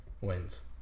wins